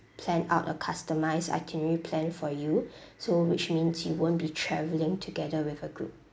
plan out a customised itinerary plan for you so which means you won't be travelling together with a group